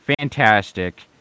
fantastic